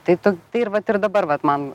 tai tu tai ir vat ir dabar vat man